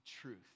truth